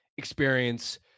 Experience